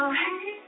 hey